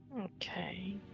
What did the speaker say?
Okay